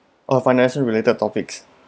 oh financial related topics